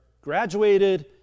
graduated